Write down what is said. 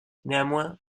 néanmoins